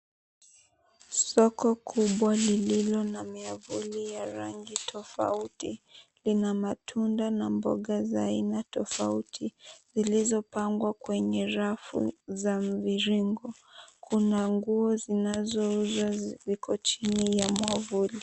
Soko kubwa lililo na miavuli ya rangi tofauti lina matunda na mboga za aina tofauti zilizopangwa kwenye rafu za mviringo, kuna nguo zinazouzwa ziko chini ya mwavuli.